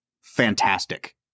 fantastic